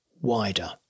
wider